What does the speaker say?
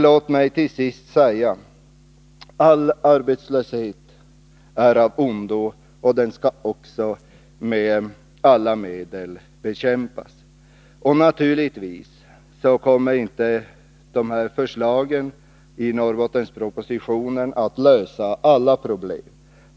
Låt mig till sist säga: All arbetslöshet är av ondo, och den skall också med alla medel bekämpas. Naturligtvis kommer inte förslagen i Norrbottenspropositionen att lösa alla problem.